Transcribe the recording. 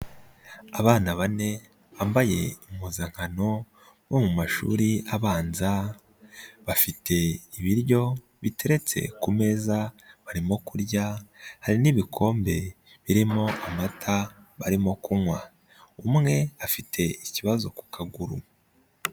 Abana bane bambaye impuzankano bo mu mashuri abanza, bafite ibiryo biteretse ku meza barimo kurya hari n'ibikombe birimo amata barimo kunywa, umwe afite ikibazo ku kaguru.